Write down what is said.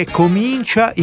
comincia